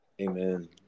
Amen